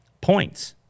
points